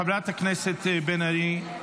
חברת הכנסת בן ארי,